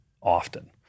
often